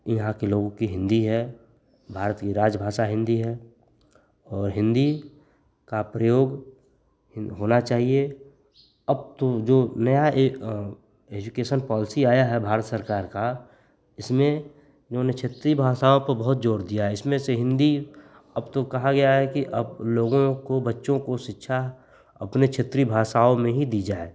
यहाँ के लोगों की हिन्दी है भारत की राजभाषा हिन्दी है और हिन्दी का प्रयोग हिन होना चाहिए अब तो जो नई यह एजुकेशन पॉलिसी आई है भारत सरकार की इसमें इन्होंने क्षेत्रीय भाषाओं को बहुत जोर दिया है इसमें से हिन्दी अब तो कहा गया है कि अब लोगों को बच्चों को शिक्षा अपनी क्षेत्रीय भाषाओं में ही दी जाए